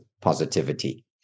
Positivity